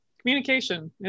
communication